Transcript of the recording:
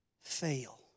fail